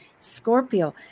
Scorpio